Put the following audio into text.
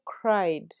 cried